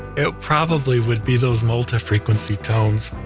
it probably would be those multi frequency tones.